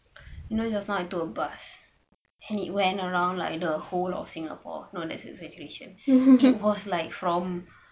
you know just now I took a bus and it went around like the whole of singapore no that's exaggeration it it was like from